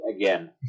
again